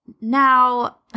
Now